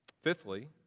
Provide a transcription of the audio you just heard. Fifthly